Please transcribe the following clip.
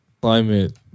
climate